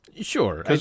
Sure